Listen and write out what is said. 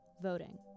Voting